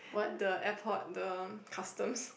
the airport the customs